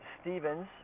Stevens